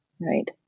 right